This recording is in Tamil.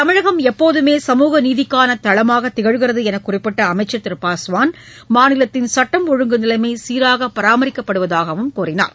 தமிழகம் எப்போதுமே சமூக நீதிக்கான தளமாக திகழ்கிறது என்று குறிப்பிட்ட அமைச்சர் திரு பாஸ்வான் மாநிலத்தின் சட்டம் ஒழுங்கு நிலைமை சீராக பராமரிக்கப்படுவதாக குறிப்பிட்டார்